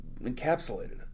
encapsulated